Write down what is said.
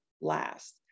last